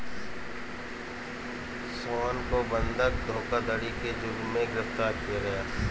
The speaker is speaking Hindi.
सोहन को बंधक धोखाधड़ी के जुर्म में गिरफ्तार किया गया